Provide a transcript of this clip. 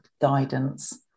guidance